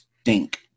stink